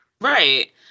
Right